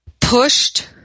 pushed